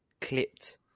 clipped